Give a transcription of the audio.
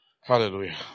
Hallelujah